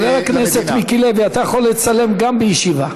חבר הכנסת מיקי לוי, אתה יכול לצלם גם בישיבה.